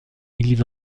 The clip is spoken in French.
église